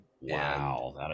Wow